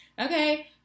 Okay